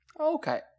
Okay